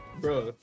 bro